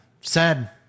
Sad